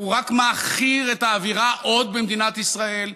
הוא רק מעכיר את האווירה עוד במדינת ישראל.